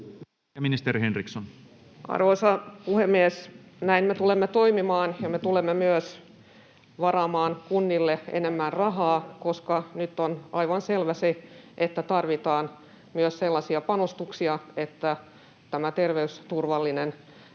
Content: Arvoisa puhemies! Näin me tulemme toimimaan, ja me tulemme myös varaamaan kunnille enemmän rahaa, koska nyt on aivan selvää se, että tarvitaan myös sellaisia panostuksia, että tämä terveysturvallinen